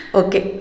okay